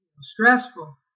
stressful